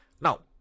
Now